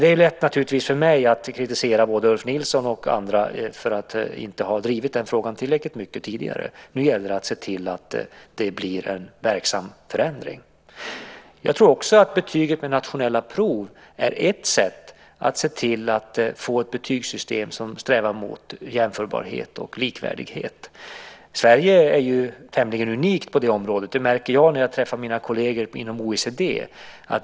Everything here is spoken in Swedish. Det är naturligtvis lätt för mig att kritisera både Ulf Nilsson och andra för att inte ha drivit den frågan tillräckligt mycket tidigare. Nu gäller det att se till att det blir en verksam förändring. Jag tror också att nationella prov är ett sätt att se till att få ett betygssystem som strävar mot jämförbarhet och likvärdighet. Sverige är ju tämligen unikt på det området. Det märker jag när jag träffar mina kolleger inom OECD.